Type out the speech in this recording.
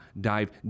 dive